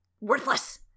worthless